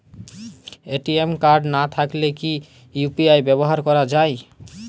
ATM card না থাকলে কি ইউ.পি.আই ব্যবহার করা য়ায়?